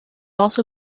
also